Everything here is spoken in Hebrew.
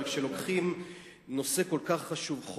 אבל כשלוקחים נושא כל כך חשוב,